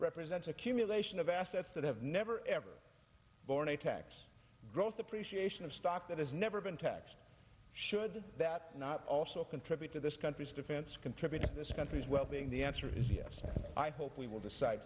represents accumulation of assets that have never ever born a tax growth appreciation of stock that has never been taxed should that not also contribute to this country's defense contribute to this country's well being the answer is yes i hope we will decide